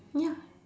ya